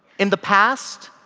in the past,